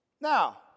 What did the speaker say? Now